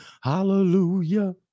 Hallelujah